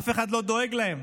אף אחד לא דואג להם.